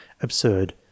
absurd